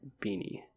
Beanie